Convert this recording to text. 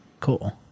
cool